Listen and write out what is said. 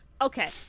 okay